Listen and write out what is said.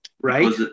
Right